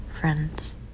friends